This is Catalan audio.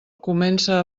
comença